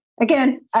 Again